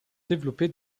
développé